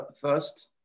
first